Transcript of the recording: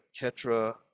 Ketra